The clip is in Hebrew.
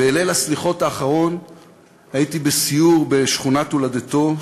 בליל הסליחות האחרון הייתי בסיור בשכונת הולדתו,